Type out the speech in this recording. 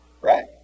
Right